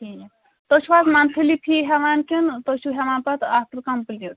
ٹھیٖک تُہۍ چھُو حظ مَنتھلی فی ہٮ۪وان کِنہٕ تُہۍ چھُو ہٮ۪وان پَتہٕ آفٹر کمپُلیٖٹ